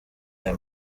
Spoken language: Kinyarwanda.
aya